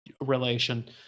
relation